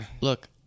Look